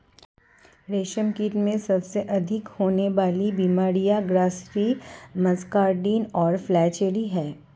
रेशमकीट में सबसे अधिक होने वाली बीमारियां ग्रासरी, मस्कार्डिन और फ्लैचेरी हैं